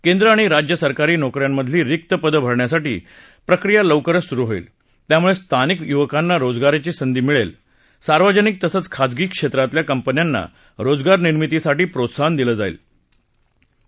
केंद्र आणि राज्य सरकारी नोकऱ्यांमधदली रिक्त पदं भरण्याची प्रक्रिया लवरच सुरु होईल त्यामुळे स्थानिक युवकांना रोजगाराची संधी मिळेल सार्वजनिक तसंच खासगी क्षेत्रातल्या कंपन्यांना रोजगारनिर्मितीसाठी प्रोत्साहन दिलं जाईल असं ते म्हणाले